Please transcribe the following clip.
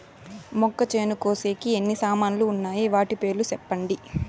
మొక్కచేను కోసేకి ఎన్ని సామాన్లు వున్నాయి? వాటి పేర్లు సెప్పండి?